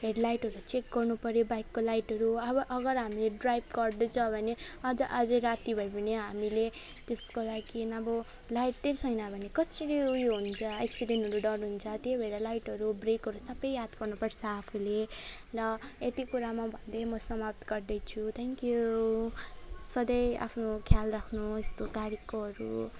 हेडलाइटहरू check गर्नुपर्यो बाइकको लाइटहरू अब अगर हामीले ड्राइभ गर्दैछ भने अझ अझै राति भए भने हामीले त्यसको लागि अब लाइटै छैन भने कसरी उयो हुन्छ एक्सिडेन्टहरू डर हुन्छ त्यही भएर लाइटहरू ब्रेकहरू सबै याद गर्नुपर्छ आफूले ल यति कुरा म भन्दै म समाप्त गर्दैछु थ्याङ्क यू